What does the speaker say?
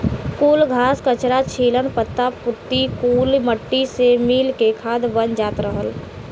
कुल घास, कचरा, छीलन, पत्ता पुत्ती कुल मट्टी से मिल के खाद बन जात रहल